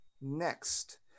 next